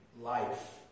life